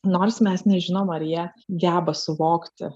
nors mes nežinom ar jie geba suvokti